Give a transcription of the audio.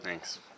thanks